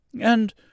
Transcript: And